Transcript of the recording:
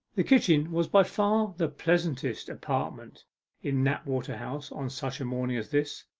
the kitchen was by far the pleasantest apartment in knapwater house on such a morning as this.